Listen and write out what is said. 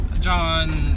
John